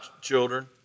children